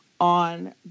on